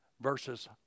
versus